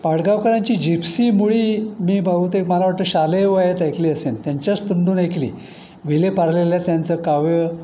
पाडगावकरांची gypsy मुळी मी बहुतेक मला वाटतं शालेय वयात ऐकली असेन त्यांच्याच तोंडून ऐकली विले पार्लेला त्यांचं काव्य